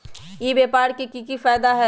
ई व्यापार के की की फायदा है?